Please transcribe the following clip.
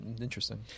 interesting